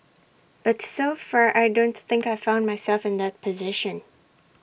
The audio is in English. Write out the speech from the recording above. but so far I don't think I've found myself in that position